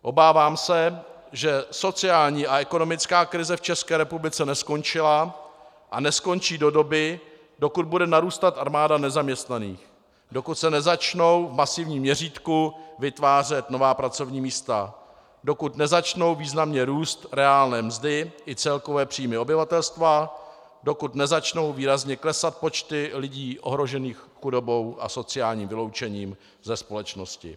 Obávám se, že sociální a ekonomická krize v České republice neskončila a neskončí do doby, dokud bude narůstat armáda nezaměstnaných, dokud se nezačnou v masivním měřítku vytvářet nová pracovní místa, dokud nezačnou významně růst reálné mzdy i celkové příjmy obyvatelstva, dokud nezačnou výrazně klesat počty lidí ohrožených chudobou a sociálním vyloučením ze společnosti.